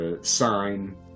sign